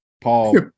Paul